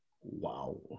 Wow